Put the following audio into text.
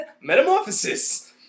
metamorphosis